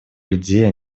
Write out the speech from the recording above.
людей